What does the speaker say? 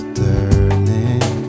turning